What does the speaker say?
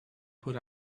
put